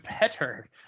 better